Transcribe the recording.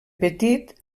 petit